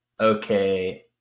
okay